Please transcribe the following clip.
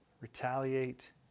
retaliate